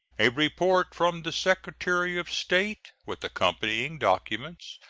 a report from the secretary of state, with accompanying documents,